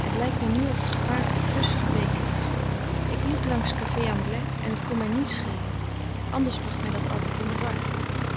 het lijkt mij nu of t gevaar voor geweken is ik liep langs café anglais en het kon mij niets schelen anders bracht mij dat altijd in de war